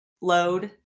load